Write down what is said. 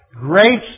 Grace